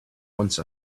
once